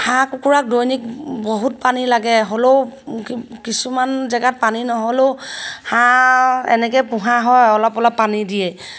হাঁহ কুকুৰাক দৈনিক বহুত পানী লাগে হ'লেও কি কিছুমান জেগাত পানী নহ'লেও হাঁহ এনেকৈ পোহা হয় অলপ অলপ পানী দিয়ে